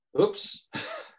Oops